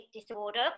disorder